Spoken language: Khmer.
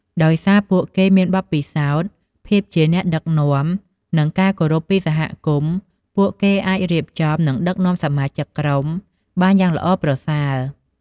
ដោយសារពួកគេមានបទពិសោធន៍ ភាពជាអ្នកដឹកនាំ និងការគោរពពីសហគមន៍ ពួកគេអាចរៀបចំ និងដឹកនាំសមាជិកក្រុមបានយ៉ាងល្អប្រសើរ។